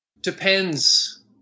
depends